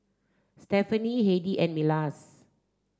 Stefani Heidy and Milas